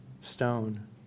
stone